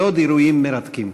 ועוד אירועים מרתקים.